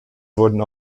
wurden